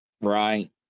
right